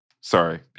Sorry